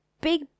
big